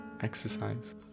exercise